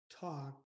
talk